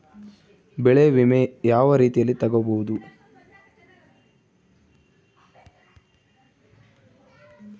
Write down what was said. ಬೆಳೆ ವಿಮೆ ಯಾವ ರೇತಿಯಲ್ಲಿ ತಗಬಹುದು?